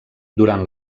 durant